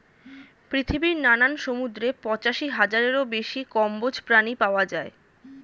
পৃথিবীর নানান সমুদ্রে পঁচাশি হাজারেরও বেশি কম্বোজ প্রাণী পাওয়া যায়